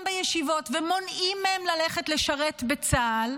בישיבות ומונעים מהם ללכת לשרת בצה"ל,